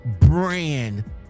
brand